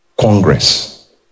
congress